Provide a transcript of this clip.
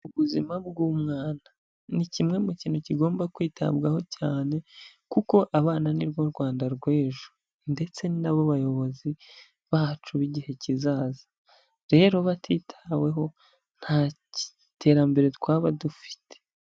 Ubuzima bw'umwana ni kimwe mu kintu kigomba kwitabwaho cyane, kuko abana nibo Rwanda rw'ejo ndetse ninaba bayobozi bacu b'igihe kizaza, rero batitaweho nta terambere twaba dufite.